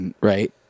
Right